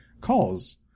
calls